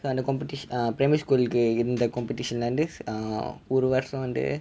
அந்த:antha competiti~ uh primary school க்கு இருந்த:kku iruntha competition லேர்ந்து:lernthu uh ஒரு வர்ஷம் வந்து:oru varsham vanthu